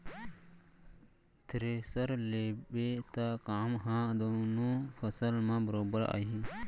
thresher लेबे त काम ह दुनों फसल म बरोबर आही